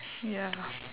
ya